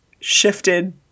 shifted